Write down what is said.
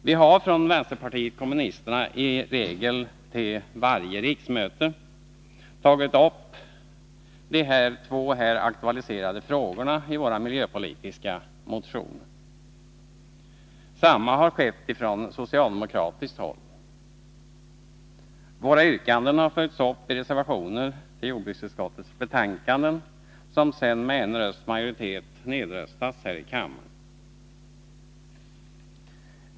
Vi har från vänsterpartiet kommunisterna, i regel till varje riksmöte, tagit upp de två här aktualiserade frågorna i våra miljöpolitiska motioner. Detsamma har skett från socialdemokratiskt håll. Yrkandena har följts upp i reservationer till jordbruksutskottets betänkanden, som sedan med en rösts majoritet har nedröstats här i kammaren.